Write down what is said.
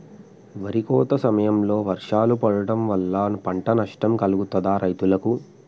వరి కోత సమయంలో వర్షాలు పడటం వల్ల పంట నష్టం కలుగుతదా రైతులకు?